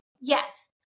yes